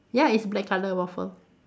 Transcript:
ya it's black colour waffle